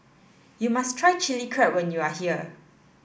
you must try Chili Crab when you are here